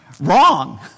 wrong